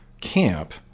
camp